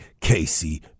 Casey